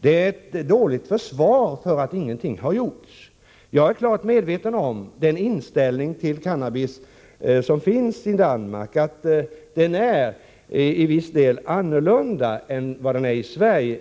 Det är ett dåligt försvar för att inget har gjorts. Jag är klart medveten om den inställning till cannabis som finns i Danmark. Den skiljer sig till viss del från den nuvarande inställningen i Sverige.